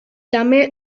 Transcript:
també